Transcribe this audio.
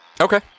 Okay